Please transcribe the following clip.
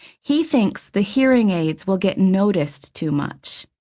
he thinks the hearing aids will get noticed too much.